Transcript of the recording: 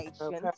okay